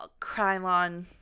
Krylon